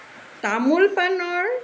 তামোল পাণৰ